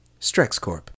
StrexCorp